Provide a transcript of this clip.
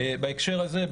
בהקשר הזה,